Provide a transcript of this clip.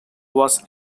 was